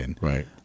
Right